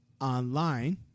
online